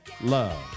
love